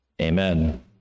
Amen